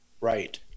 Right